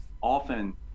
often